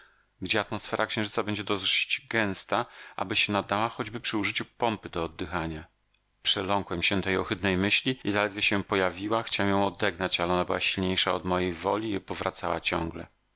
gdzie atmosfera księżyca będzie dość gęsta aby się nadała choćby przy użyciu pompy do oddychania przeląkłem się tej ohydnej myśli i zaledwie się pojawiła chciałem ją odegnać ale ona była silniejsza od mojej woli i powracała ciągle